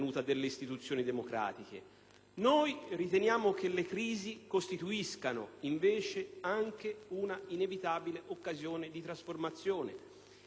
Noi riteniamo che le crisi costituiscano, invece, anche una inevitabile occasione di trasformazione e che, per quanto dolorose